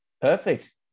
Perfect